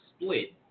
split